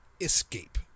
escape